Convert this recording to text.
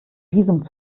visum